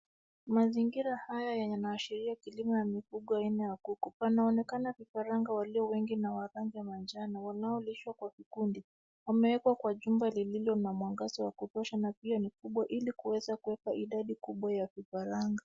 Mazingira haya yenye naashiria kilimo ya mifugo nne wa kuku inaonekana kifaranga walio wengi na wa rangi ya manjano wanaolishwa kwa kikundi, wameekwa kwa chumba lililo na mwangaza wa kutosha na pia ni kubwa ili kuweza kuweka idadi kubwa ya vifaranga.